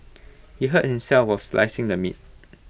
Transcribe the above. he hurt himself while slicing the meat